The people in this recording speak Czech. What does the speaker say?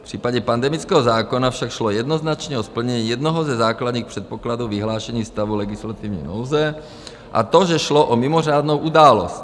V případě pandemického zákona však šlo jednoznačně o splnění jednoho ze základních předpokladů vyhlášení stavu legislativní nouze, a to, že šlo o mimořádnou událost.